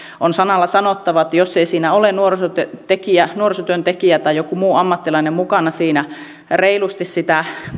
on sanalla sanottava että jos ei siinä ole nuorisotyöntekijä nuorisotyöntekijä tai joku muu ammattilainen mukana reilusti sitä